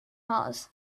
mars